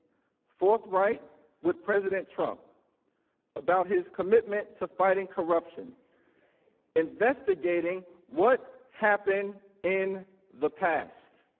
forthright with president trump about his commitment to fighting corruption investigating what happened in the past.